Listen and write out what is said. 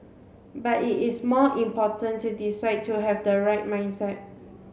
but it is more important to decide to have the right mindset